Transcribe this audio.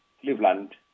Cleveland